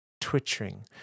twitching